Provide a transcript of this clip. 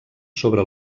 sobre